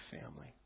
family